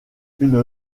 une